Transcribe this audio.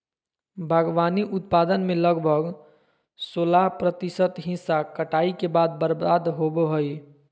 बागवानी उत्पादन में लगभग सोलाह प्रतिशत हिस्सा कटाई के बाद बर्बाद होबो हइ